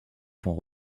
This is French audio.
point